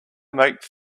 make